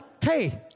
hey